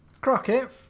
Crockett